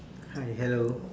hi hello